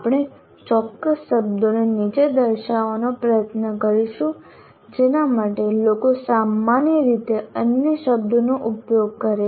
આપણે ચોક્કસ શબ્દોને નીચે દર્શાવવાનો પ્રયત્ન કરીશું જેના માટે લોકો સામાન્ય રીતે અન્ય શબ્દોનો ઉપયોગ કરે છે